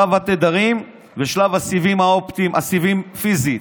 שלב התדרים ושלב הסיבים האופטיים, הסיבים, פיזית.